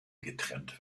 getrennt